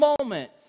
moment